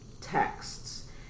texts